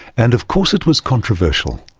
and of course it was controversial.